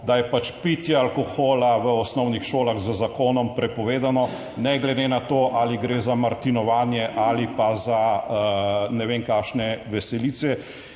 da je pač pitje alkohola v osnovnih šolah z zakonom prepovedano ne glede na to, ali gre za martinovanje ali pa za ne vem kakšne veselice,